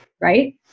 right